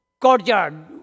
courtyard